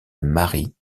marie